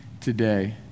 today